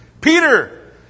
Peter